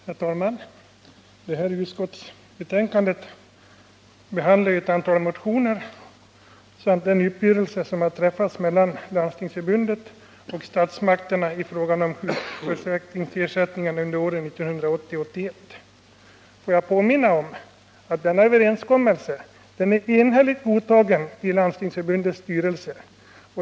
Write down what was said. Herr talman! I det här utskottsbetänkandet behandlas ett antal motioner samt den uppgörelse som har träffats mellan Landstingsförbundet och statsmakterna i fråga om sjukförsäkringsersättningen under åren 1980 och 1981. Låt mig påminna om att denna överenskommelse är enhälligt godtagen i Landstingsförbundets styrelse.